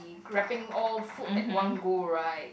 grabbing all food at one go right